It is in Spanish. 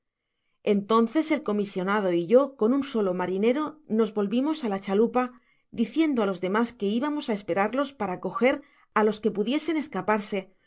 entonces el comisionado y yo con un solo marinero nos volvimos á la chalupa diciendo á los demas que ibamos a esperarlos para recoger á los que pudiesen escaparse pues